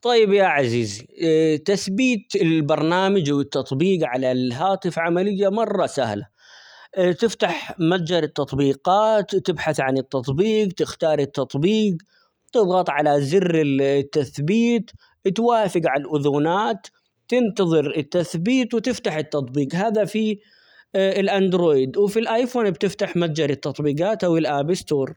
طيب يا عزيزي تثبيت البرنامج، والتطبيق على الهاتف عملية مرة سهلة تفتح متجر التطبيقات وتبحث عن التطبيق تختار التطبيق ،تضغط على زر -ال- التثبيت اتوافق عالأذونات تنتظر التثبيت وتفتح التطبيق هذا في الأندرويد وفي الآيفون ،بتفتح متجر التطبيقات أو الآب ستور.